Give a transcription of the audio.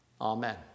Amen